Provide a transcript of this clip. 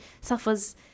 suffers